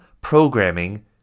programming